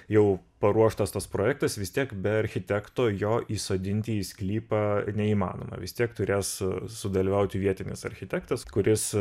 jau paruoštas tas projektas vis tiek be architekto jo įsodinti į sklypą neįmanoma vis tiek turės sudalyvauti vietinis architektas kuris